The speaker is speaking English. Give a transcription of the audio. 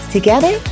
Together